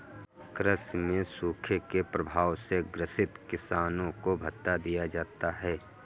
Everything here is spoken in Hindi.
कृषि में सूखे के प्रभाव से ग्रसित किसानों को भत्ता दिया जाता है